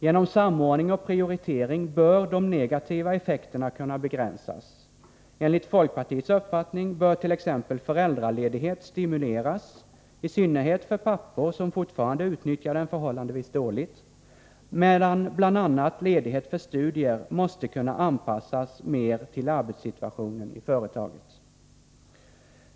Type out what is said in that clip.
Genom samordning och prioriteringar bör de negativa effekterna kunna begränsas. Enligt folkpartiets uppfattning bör t.ex. föräldraledighet stimuleras, i synnerhet för pappor som fortfarande utnyttjar den förhållandevis dåligt, medan bl.a. ledighet för studier måste kunna anpassas mer till arbetssituationen i företaget.